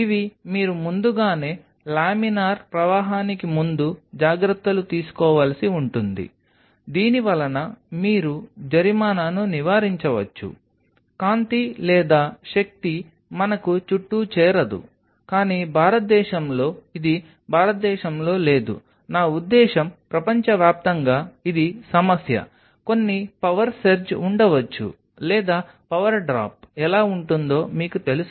ఇవి మీరు ముందుగానే లామినార్ ప్రవాహానికి ముందు జాగ్రత్తలు తీసుకోవలసి ఉంటుంది దీని వలన మీరు జరిమానాను నివారించవచ్చు కాంతి లేదా శక్తి మనకు చుట్టూ చేరదు కానీ భారతదేశంలో ఇది భారతదేశంలో లేదు నా ఉద్దేశ్యం ప్రపంచవ్యాప్తంగా ఇది సమస్య కొన్ని పవర్ సెర్జ్ ఉండవచ్చు లేదా పవర్ డ్రాప్ ఎలా ఉంటుందో మీకు తెలుసు